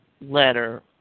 letter